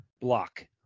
block